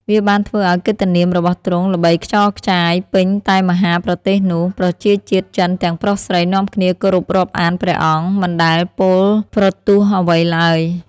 វាបានធ្វើអោយកិត្តិនាមរបស់ទ្រង់ល្បីខ្ចរខ្ចាយពេញតែមហាប្រទេសនោះ ប្រជាជាតិចិនទាំងប្រុសស្រីនាំគ្នាគោរពរាប់អានព្រះអង្គ មិនដែលពោលប្រទូស្តអ្វីឡើយ ។